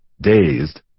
Dazed